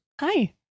Hi